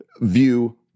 view